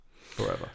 forever